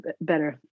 better